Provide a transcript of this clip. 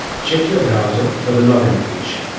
check your browser for the login page.